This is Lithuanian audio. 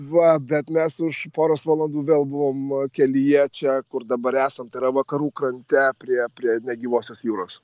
va bet mes už poros valandų vėl buvom kelyje čia kur dabar esam tai yra vakarų krante prie prie negyvosios jūros